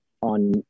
on